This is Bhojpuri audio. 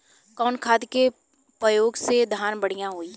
कवन खाद के पयोग से धान बढ़िया होई?